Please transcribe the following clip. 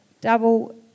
double